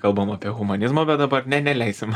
kalbam apie humanizmą bet dabar ne neleisim